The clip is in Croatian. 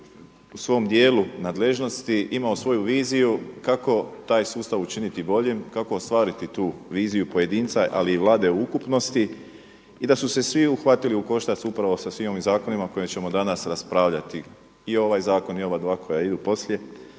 u svom dijelu nadležnosti imao svoju viziju kako taj sustav učiniti boljim kako ostvariti tu viziju pojedinca ali i vlada u ukupnosti i da su se svi uhvatili u koštac upravo sa svim ovim zakonima koje ćemo danas raspravljati i ovaj zakon i ova dva koja idu poslije